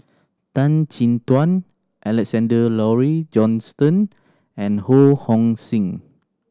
Tan Chin Tuan Alexander Laurie Johnston and Ho Hong Sing